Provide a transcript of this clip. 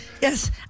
Yes